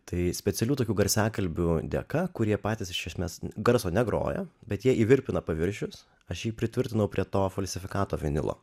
tai specialių tokių garsiakalbių dėka kurie patys iš esmęs garso negrojo bet jie įvirpina paviršius aš jį pritvirtinau prie to falsifikato vinilo